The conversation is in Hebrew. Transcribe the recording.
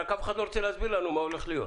רק אף אחד לא רוצה להסביר לנו מה הולך להיות.